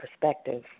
perspective